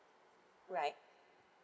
right